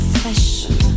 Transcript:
fashion